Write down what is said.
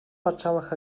патшалӑх